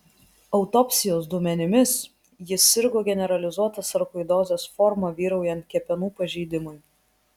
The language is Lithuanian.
autopsijos duomenimis jis sirgo generalizuota sarkoidozės forma vyraujant kepenų pažeidimui